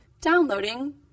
Downloading